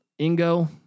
Ingo